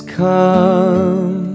come